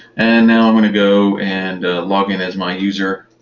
and now i'm going to go and login as my user